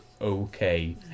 okay